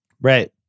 Right